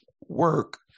work